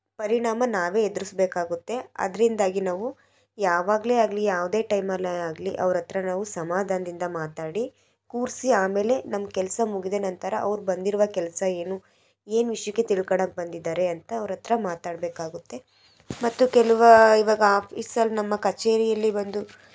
ಪರಿಣಾಮ ನಾವೇ ಎದುರಿಸಬೇಕಾಗುತ್ತೆ ಅದರಿಂದಾಗಿ ನಾವು ಯಾವಾಗಲೆ ಆಗಲಿ ಯಾವುದೇ ಟೈಮಲ್ಲೆ ಆಗಲಿ ಅವ್ರ ಹತ್ತಿರ ನಾವು ಸಮಾಧಾನದಿಂದ ಮಾತಾಡಿ ಕೂರಿಸಿ ಆಮೇಲೆ ನಮ್ಮ ಕೆಲಸ ಮುಗಿದ ನಂತರ ಅವ್ರು ಬಂದಿರುವ ಕೆಲಸ ಏನು ಏನು ವಿಷಯಕ್ಕೆ ತಿಳ್ಕೊಳ್ಳೋಕೆ ಬಂದಿದ್ದಾರೆ ಅಂತ ಅವ್ರ ಹತ್ತಿರ ಮಾತಾಡಬೇಕಾಗುತ್ತೆ ಮತ್ತು ಕೆಲವು ಇವಾಗ ಆಫೀಸಲ್ಲಿ ನಮ್ಮ ಕಚೇರಿಯಲ್ಲಿ ಬಂದು